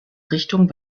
richtung